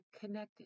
connected